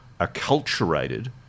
acculturated